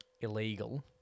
illegal